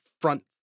front